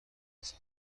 جلسه